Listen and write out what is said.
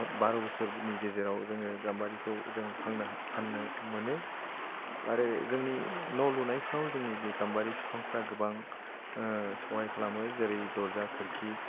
बार' बोसोरनि गेजेराव जोङो गाम्बारिखौ जों फाननो मोनो आरो जोंनि न' लुनायफ्राव जोंनि बे गाम्बारि फिफांफ्रा गोबां सहाय खालामो जेरै दरजा खोरखि